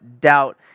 doubt